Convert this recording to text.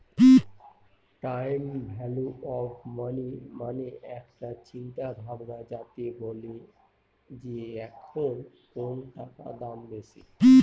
time value of money মানে একটা চিন্তা ভাবনা যাতে বলে যে এখন কোনো টাকার দাম বেশি